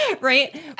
right